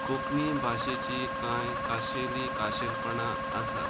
कोंकणी भाशेची कांय खाशेली खाशेलपणां आसात